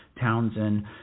Townsend